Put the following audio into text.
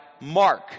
Mark